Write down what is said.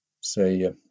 say